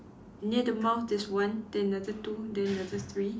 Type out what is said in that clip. near the mouth there's one then another two then another three